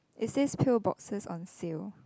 isn't pillboxes on sale